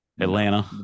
Atlanta